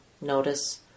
notice